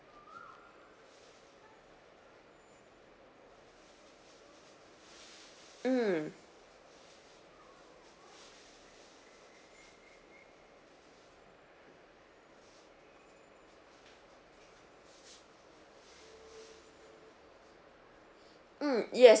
mm mm yes